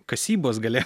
kasybos gali